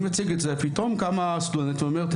אני מציג את זה ופתאום קמה סטודנטית ואומרת,